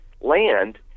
land